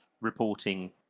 reporting